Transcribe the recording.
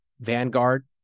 Vanguard